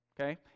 okay